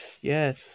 yes